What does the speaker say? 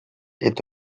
est